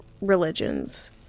religions